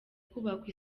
kubakwa